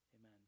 Amen